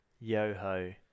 yo-ho